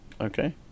Okay